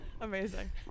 amazing